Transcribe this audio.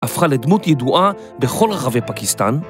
‫הפכה לדמות ידועה ‫בכל ערבי פקיסטן.